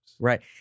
Right